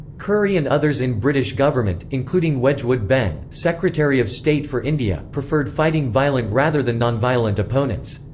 curry and others in british government, including wedgwood benn, secretary of state for india, preferred fighting violent rather than nonviolent opponents.